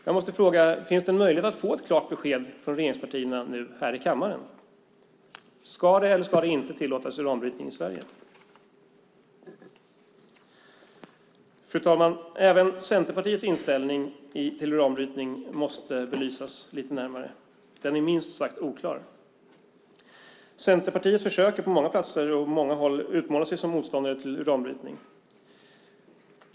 Jag måste fråga: Finns det en möjlighet att få ett klart besked från regeringspartierna här i kammaren? Ska det eller ska det inte tillåtas uranbrytning i Sverige? Fru talman! Även Centerpartiets inställning till uranbrytning måste belysas lite närmare. Den är minst sagt oklar. Centerpartiet försöker på många platser utmåla sig som motståndare till uranbrytning.